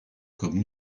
comme